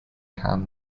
calmly